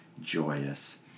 joyous